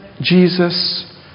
Jesus